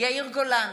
יאיר גולן,